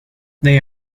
they